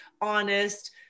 honest